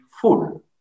full